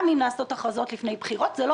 גם אם נעשות הכרזות לפני בחירות זה לא